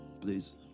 please